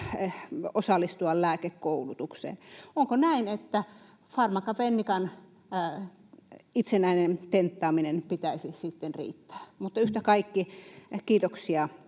osallistua lääkekoulutukseen? Onko näin, että Pharmaca Fennican itsenäisen tenttaamisen pitäisi sitten riittää? Mutta yhtä kaikki, kiitoksia